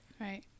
Right